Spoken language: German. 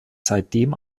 seitdem